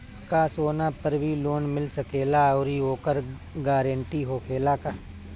का सोना पर भी लोन मिल सकेला आउरी ओकर गारेंटी होखेला का?